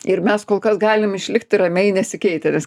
ir mes kol kas galim išlikti ramiai nesikeitę